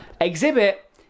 Exhibit